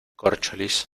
córcholis